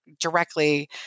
directly